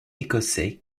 écossais